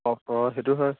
অঁ অঁ সেইটো হয়